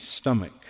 stomach